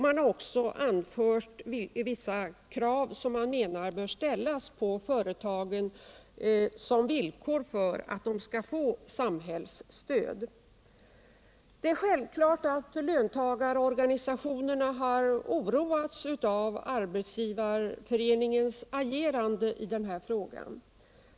Man har även anfört vilka krav som bör ställas på företagen som villkor för att de skall få samhällsstöd. Det är självklart att löntagarorganisationerna har oroats av Arbetsgivareföreningens agerande i den här frågan.